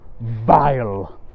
vile